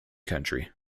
country